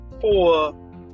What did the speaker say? four